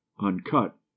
uncut